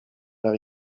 par